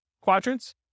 quadrants